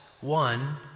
One